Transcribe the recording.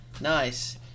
Nice